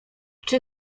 czy